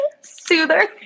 Soother